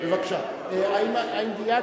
האם דייקתי?